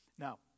Now